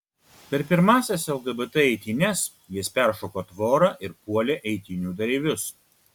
per pirmąsias lgbt eitynes jis peršoko tvorą ir puolė eitynių dalyvius